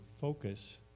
focus